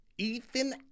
Ethan